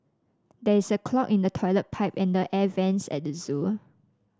there is a clog in the toilet pipe and the air vents at the zoo